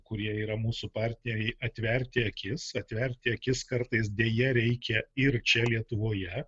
kurie yra mūsų partneriai atverti akis atverti akis kartais deja reikia ir čia lietuvoje